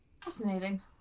fascinating